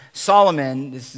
Solomon